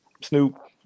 Snoop